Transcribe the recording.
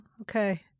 okay